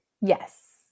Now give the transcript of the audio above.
Yes